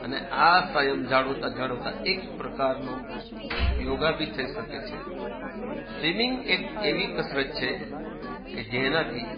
અને આ સંયમ જાળવતા જાળવતા એક પ્રકારનો યોગા બિ થઈ શકે છે સ્વિમિંગ એક એવી કસરત છે કે જેનાથી